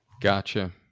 gotcha